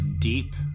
deep